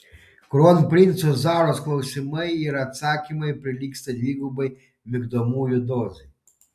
kronprinco zaros klausimai ir atsakymai prilygsta dvigubai migdomųjų dozei